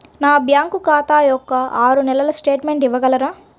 నా బ్యాంకు ఖాతా యొక్క ఆరు నెలల స్టేట్మెంట్ ఇవ్వగలరా?